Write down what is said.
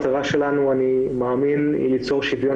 אני מאמין שהמטרה שלנו היא ליצור שוויון